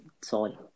Sorry